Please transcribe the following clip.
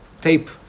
tape